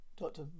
Doctor